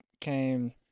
came